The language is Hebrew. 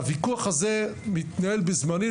הוויכוח הזה התנהל בזמני,